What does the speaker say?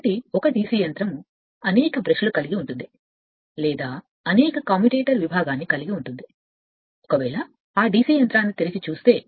కాబట్టి ఒక DC యంత్రంలో అనేక బ్రష్లు కలిగి ఉంటుంది లేదా అనేక కమ్యుటేటర్ విభాగాన్ని కలిగి ఉంటుంది ఒకవేళ తెరిచిన ఆ DC యంత్రాన్ని చూస్తే